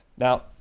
Now